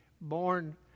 born